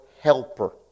helper